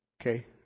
Okay